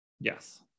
Yes